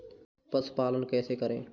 पशुपालन कैसे करें?